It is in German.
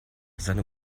seine